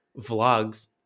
vlogs